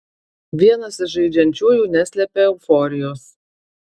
vienas iš žaidžiančiųjų neslepia euforijos